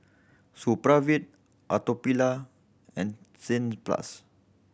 Supravit Atopiclair and plus